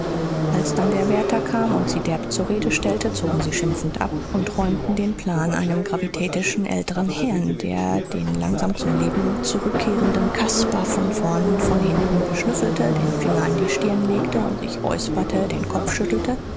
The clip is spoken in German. als dann der wärter kam und sie derb zur rede stellte zogen sie schimpfend ab und räumten den plan einem gravitätischen älteren herrn der den langsam zum leben zurückkehrenden caspar von vorn und von hinten beschnüffelte den finger an die stirn legte sich räusperte den kopf schüttelte